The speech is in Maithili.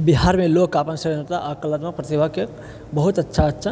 बिहारमे लोक अपन स्वतंत्रता आ कलरना प्रतिभाके बहुत अच्छा अच्छा